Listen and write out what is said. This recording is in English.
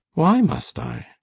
why must i?